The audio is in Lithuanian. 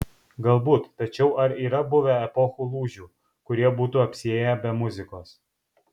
galbūt tačiau ar yra buvę epochų lūžių kurie būtų apsiėję be muzikos